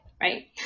Right